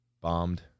bombed